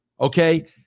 okay